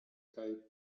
sai